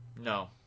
no